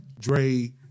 Dre